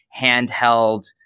handheld